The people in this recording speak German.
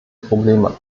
probleme